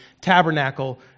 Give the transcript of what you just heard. tabernacle